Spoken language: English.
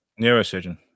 neurosurgeon